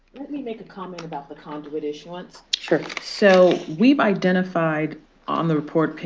let me make a comment about the conduit issuance. sure. so we've identified on the report,